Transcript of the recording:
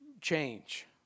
change